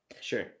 sure